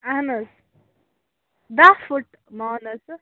اہن حظ دٔہ فُٹ مان حظ ژٕ